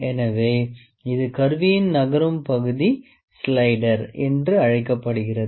எனவே இந்த கருவியின் நகரும் பகுதி ஸ்லைடர் என்று அழைக்கப்படுகிறது